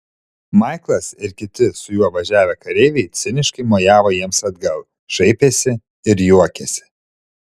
maiklas ir kiti su juo važiavę kareiviai ciniškai mojavo jiems atgal šaipėsi ir juokėsi